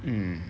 mm